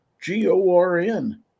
G-O-R-N